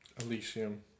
Elysium